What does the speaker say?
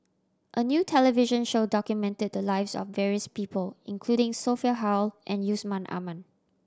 a new television show documented the lives of various people including Sophia Hull and Yusman Aman